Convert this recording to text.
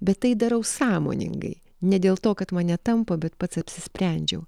bet tai darau sąmoningai ne dėl to kad mane tampo bet pats apsisprendžiau